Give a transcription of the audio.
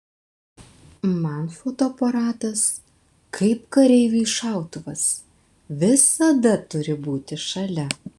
man fotoaparatas kaip kareiviui šautuvas visada turi būti šalia